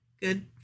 good